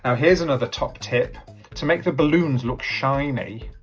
here's another top tip to make the balloons look shiny,